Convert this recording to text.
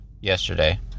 yesterday